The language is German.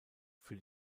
für